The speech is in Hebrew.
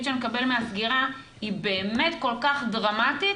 שנקבל מהסגירה היא באמת כל כך דרמטית